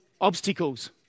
obstacles